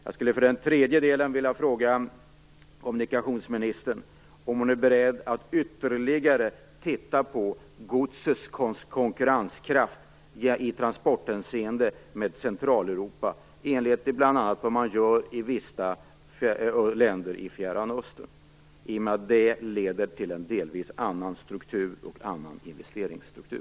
Jag skulle för det tredje vilja fråga kommunikationsministern om hon är beredd att ytterligare titta på godsets konkurrenskraft i transporthänseende i jämförelse med Centraleuropa, i likhet med vad man gör bl.a. i vissa länder i Fjärran Östern. Det leder till en delvis annan struktur och delvis annan investeringsstruktur.